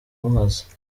muhazi